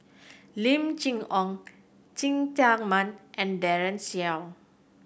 Lim Chee Onn Cheng Tsang Man and Daren Shiau